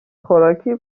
خوراکی